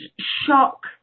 shock